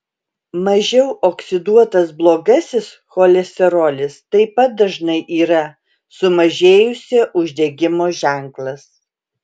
mažiau oksiduotas blogasis cholesterolis taip pat dažnai yra sumažėjusio uždegimo ženklas